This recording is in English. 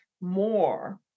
more